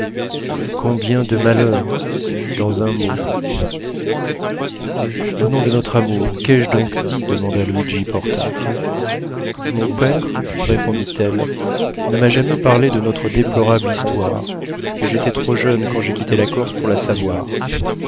combien de malheur dans un mot au nom de notre amour qu'ai-je donc dit demanda luigi porta mon père répondit-elle ne m'a jamais parlé de notre déplorable histoire et j'étais trop jeune quand j'ai quitté la corse pour la savoir